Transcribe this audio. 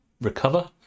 recover